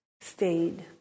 stayed